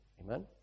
Amen